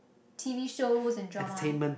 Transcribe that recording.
T_V shows and dramas